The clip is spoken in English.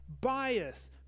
bias